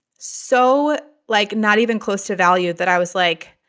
so, like, not even close to value that i was like,